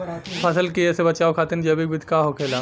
फसल के कियेसे बचाव खातिन जैविक विधि का होखेला?